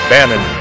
Bannon